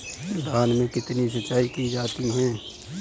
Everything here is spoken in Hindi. धान में कितनी सिंचाई की जाती है?